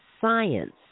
science